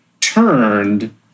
turned